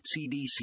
CDC